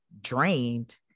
drained